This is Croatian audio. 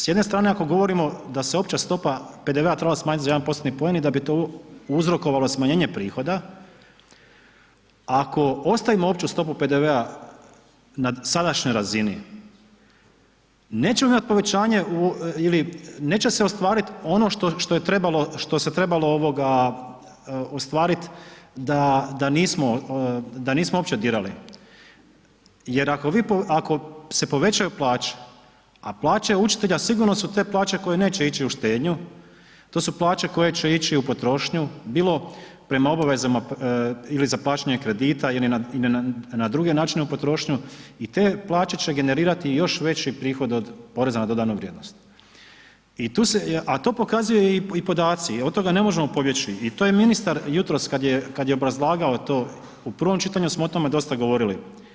S jedne strane ako govorimo da se opća stopa PDV-a trebala smanjiti za jedan postotni poen i da bi to uzrokovalo smanjenje prihoda, ako ostavimo opću stopu PDV-a na sadašnjoj razini, nećemo imat povećanje u ili neće se ostvarit ono što, što je trebalo, što se trebalo ovoga ostvarit da, da nismo, da nismo uopće dirali jer ako vi, ako se povećaju plaće, a plaća je učitelja, sigurno su te plaće koje neće ići u štednju, to su plaće koje će ići u potrošnju, bilo prema obavezama ili za plaćanje kredita ili na druge načine u potrošnju i te plaće će generirati još veći prihod od poreza na dodanu vrijednost i tu se, a to pokazuju i podaci, od toga ne možemo pobjeći i to je ministar jutros kad je, kad je obrazlagao to, u prvom čitanju smo o tome dosta govorili.